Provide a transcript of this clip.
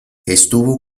estuvo